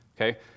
Okay